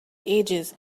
ages